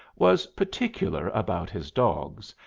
was particular about his dogs,